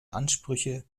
ansprüche